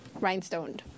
rhinestoned